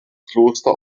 kloster